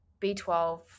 B12